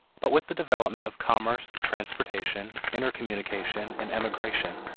but with the development of commerce, transportation, intercommunication, and emigration,